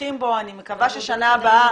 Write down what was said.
ממשיכים בו, אני מקווה ששנה הבאה